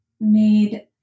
made